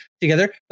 together